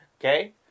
okay